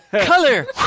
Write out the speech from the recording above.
Color